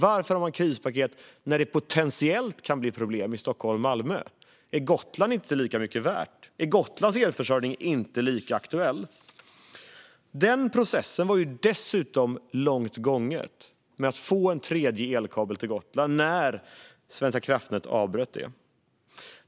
Varför har man krispaket när det potentiellt kan bli problem i Stockholm och Malmö? Är Gotland inte lika mycket värt, och är Gotlands elförsörjning inte lika aktuell? Processen med att få en tredje elkabel till Gotland var dessutom långt gången när Svenska kraftnät avbröt den.